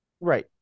Right